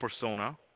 persona